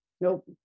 Nope